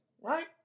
right